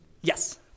Yes